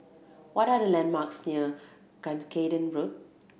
what are the landmarks near Cuscaden Road